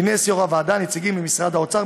כינס יושב-ראש הוועדה נציגים ממשרד האוצר,